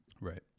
right